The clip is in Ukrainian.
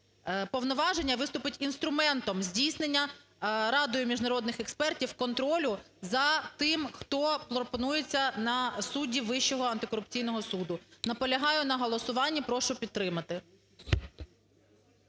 повноваження, і виступить інструментом здійснення Радою міжнародних експертів контролю за тим, хто пропонується на суддів Вищого антикорупційного суду. Наполягаю на голосуванні, прошу підтримати.